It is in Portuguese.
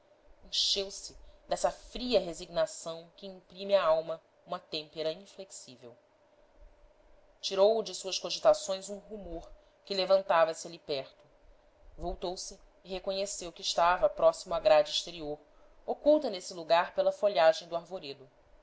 encheu-se dessa fria resignação que imprime à alma uma têmpera inflexível tirou-o de suas cogitações um rumor que levantava-se ali perto voltou-se e reconheceu que estava próximo à grade exterior oculta nesse lugar pela folhagem do arvoredo